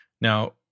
Now